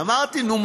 אמרתי: נו,